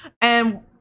And-